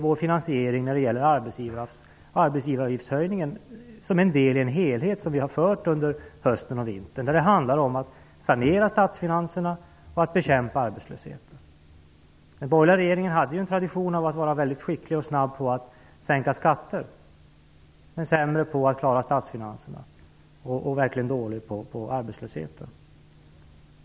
Vår finansiering genom en höjning av arbetsgivaravgiften skall ses som del i en helhet som vi har fört fram under hösten och vintern. Det handlar om att sanera statsfinanserna och bekämpa arbetslösheten. Den borgerliga regeringen hade ju en tradition att vara mycket skicklig och snabb på att sänka skatter men var sämre på att klara statsfinanserna och verkligen dålig på att bekämpa arbetslösheten.